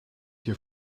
hier